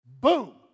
Boom